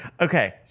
Okay